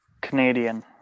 Canadian